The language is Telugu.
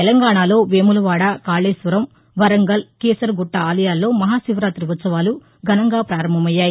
తెలంగాణలో వేములవాడ కాశేశ్వరం వరంగల్ కీసరగుట్ట ఆలయాల్లో మహా శివరాతి బహ్మోత్సవాలు ఘనంగా పారంభమయ్యాయి